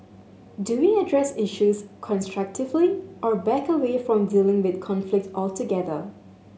do we address issues constructively or back away from dealing with conflict altogether